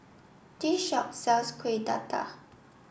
this shop sells Kuih Dadar